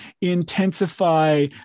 intensify